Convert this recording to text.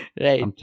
Right